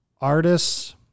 artists